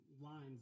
lines